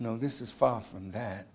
no this is far from that